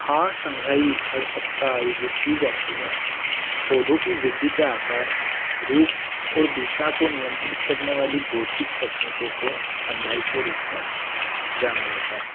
हाँ संघाई हर सप्ताह आयोजित की जाती है पौधों की वृद्धि के आकार रूप और दिशा को नियंत्रित करने वाली भौतिक तकनीकों को संघाई के रूप में जाना जाता है